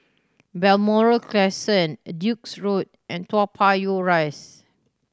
Balmoral Crescent Duke's Road and Toa Payoh Rise